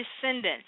descendants